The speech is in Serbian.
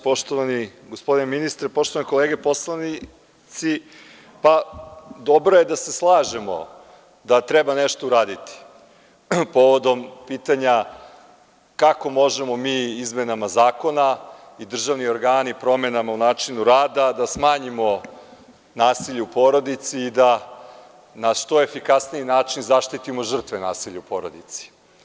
Poštovani gospodine ministre, poštovane kolege poslanici, dobro je da se slažemo da treba nešto uraditi povodom pitanja kako možemo mi izmenama zakona i državni organi promenama u načinu rada da smanjimo nasilje u porodici i da na što efikasniji način zaštitimo žrtve nasilja u porodici.